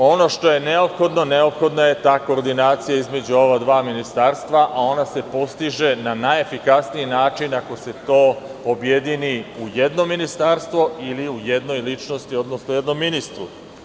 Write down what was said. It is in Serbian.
Dakle, ono što je neophodno, neophodna je ta koordinacija između ova dva ministarstva, a ona se postiže na najefikasniji način ako se to objedini u jedno ministarstvo, ili u jednoj ličnosti, odnosno jednom ministru.